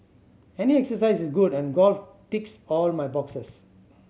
any exercise is good and golf ticks all my boxes